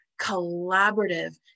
collaborative